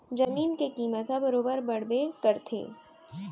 जमीन के कीमत ह बरोबर बड़बे करथे